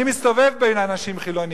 אני מסתובב בין אנשים חילונים.